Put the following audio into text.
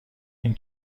این